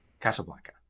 Casablanca